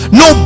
no